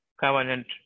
Covenant